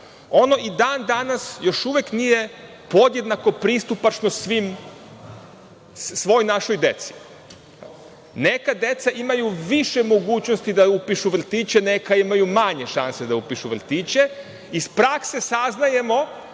ono i dan danas još uvek nije podjednako pristupačno svoj našoj deci. Neka deca imaju više mogućnosti da upišu vrtiće, neka imaju manje šanse da upišu vrtiće. Iz prakse saznajemo